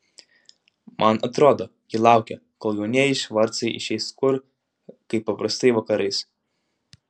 man atrodo ji laukia kol jaunieji švarcai išeis kur kaip paprastai vakarais